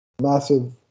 massive